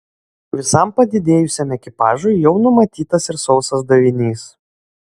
visam padidėjusiam ekipažui jau numatytas ir sausas davinys